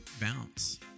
bounce